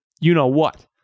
you-know-what